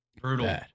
Brutal